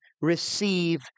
receive